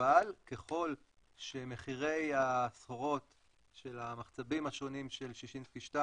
אבל ככל שמחירי הסחורות של המחצבים השונים של ששינסקי 2